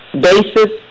basis